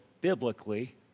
biblically